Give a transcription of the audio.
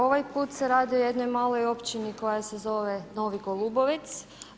Ovaj put se radi o jednoj maloj općini koja se zove Novi Golubovec.